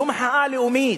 זו מחאה לאומית,